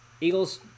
Eagles